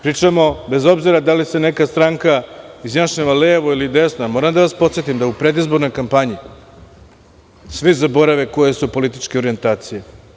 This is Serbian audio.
Pričamo, bez obzira da li se neka stranka izjašnjava levo ili desno, ja moram da vas podsetim da u predizbornoj kampanji svi zaborave koje su političke orijentacije.